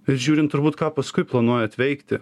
ir žiūrint turbūt ką paskui planuojat veikti